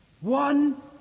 One